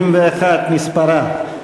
71 מספרה.